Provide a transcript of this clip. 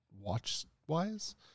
watch-wise